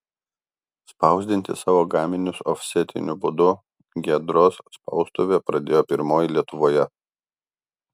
spausdinti savo gaminius ofsetiniu būdu giedros spaustuvė pradėjo pirmoji lietuvoje